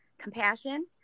compassion